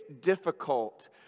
difficult